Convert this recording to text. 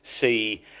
see